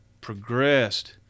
progressed